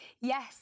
yes